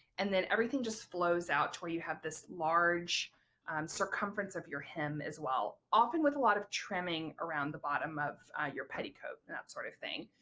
and then everything just flows out to where you have this large circumference of your hem as well, often with a lot of trimming around the bottom of your petticoat and that sort of thing.